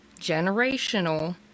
generational